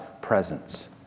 presence